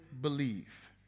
believe